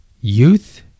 youth